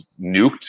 nuked